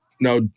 Now